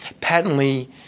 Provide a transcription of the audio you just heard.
patently